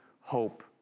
hope